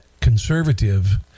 conservative